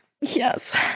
yes